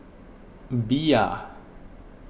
Bia